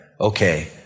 Okay